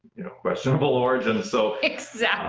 you know, questionable origins. so exactly